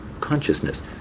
consciousness